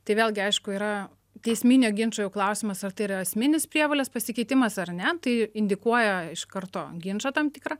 tai vėlgi aišku yra teisminio ginčo jau klausimas ar tai yra esminis prievolės pasikeitimas ar ne tai indikuoja iš karto ginčą tam tikrą